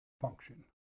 function